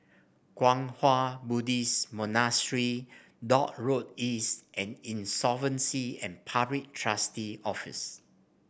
Kwang Hua Buddhist Monastery Dock Road East and Insolvency and Public Trustee Office